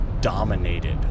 dominated